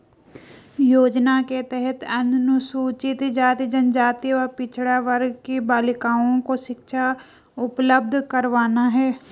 योजना के तहत अनुसूचित जाति, जनजाति व पिछड़ा वर्ग की बालिकाओं को शिक्षा उपलब्ध करवाना है